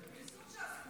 באיזון שעשינו,